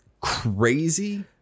crazy